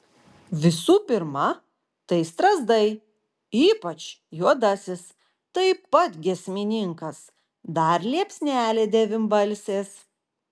visų pirma tai strazdai ypač juodasis taip pat giesmininkas dar liepsnelė devynbalsės